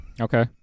Okay